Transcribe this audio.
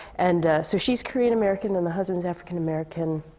and so she's korean-american, and the husband is african-american.